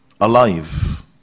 alive